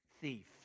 thief